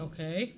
Okay